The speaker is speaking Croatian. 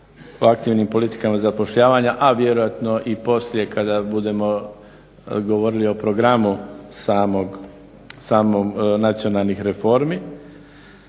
u aktivnim politikama zapošljavanja a vjerojatno i poslije kada budemo govorili o programu samog, samih nacionalnih reformi.